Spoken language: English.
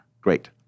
Great